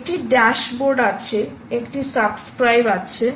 একটি ড্যাশবোর্ড আছে একটি সাবস্ক্রাইব আছে